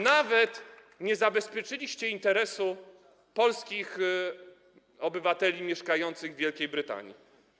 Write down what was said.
Nawet nie zabezpieczyliście interesu polskich obywateli mieszkających w Wielkiej Brytanii.